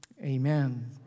Amen